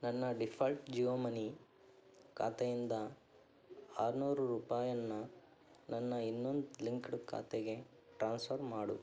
ನನ್ನ default Jio money ಖಾತೆಯಿಂದ ಆರುನೂರು ರೂಪಾಯನ್ನು ನನ್ನ ಇನ್ನೊಂದು ಲಿಂಕ್ಡ್ ಖಾತೆಗೆ ಟ್ರಾನ್ಸ್ಫರ್ ಮಾಡು